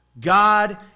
God